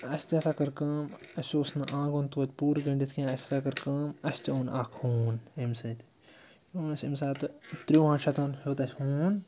اَسہِ تہِ ہَسا کٔر کٲم اَسہِ اوس نہٕ آنٛگُن تویتہِ پوٗرٕ گٔنٛڈِتھ کیٚنٛہہ اَسہِ ہَسا کٔر کٲم اَسہِ تہِ اوٚن اکھ ہوٗن اَمہِ سۭتۍ یہِ اوٚن اَسہِ اَمہِ ساتہٕ تُرٛوہَن شَتَن ہیوٚت اَسہِ ہوٗن